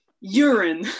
urine